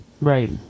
Right